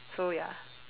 so ya